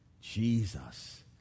Jesus